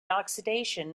oxidation